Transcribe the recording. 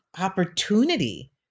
opportunity